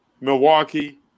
Milwaukee